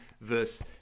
verse